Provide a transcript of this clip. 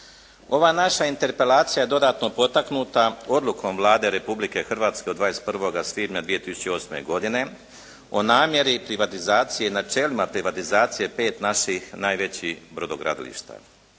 Ova naša interpelacija dodatno potaknuta odlukom Vlade Republike Hrvatske od 21. svibnja 2008. godine o namjeri privatizacije i načelima privatizacije 5 naših najvećih brodogradilišta.